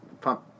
pump